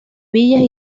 villas